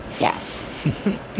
Yes